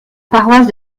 paroisse